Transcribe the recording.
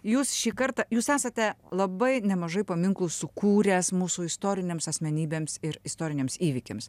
jūs šį kartą jūs esate labai nemažai paminklų sukūręs mūsų istorinėms asmenybėms ir istoriniams įvykiams